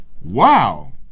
wow